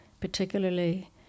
particularly